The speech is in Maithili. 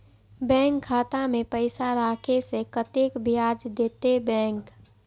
बैंक खाता में पैसा राखे से कतेक ब्याज देते बैंक?